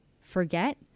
forget